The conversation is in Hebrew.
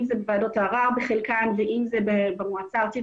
אם זה בוועדות ערר בחלקן ואם זה במועצה הארצית,